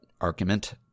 argument